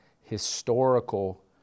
historical